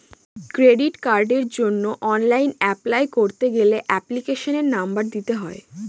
credit কার্ডের জন্য online apply করতে গেলে এপ্লিকেশনের নম্বর দিতে হয়